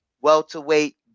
welterweight